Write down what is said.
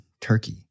turkey